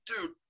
dude